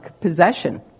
possession